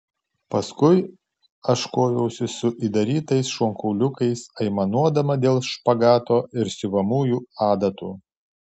paskui aš koviausi su įdarytais šonkauliukais aimanuodama dėl špagato ir siuvamųjų adatų